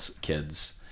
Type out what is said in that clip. kids